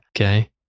Okay